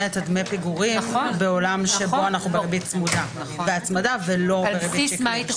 את דמי הפיגורים בעולם שבו אנחנו בריבית צמודה והצמדה ולא בריבית שקלית.